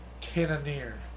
Cannoneer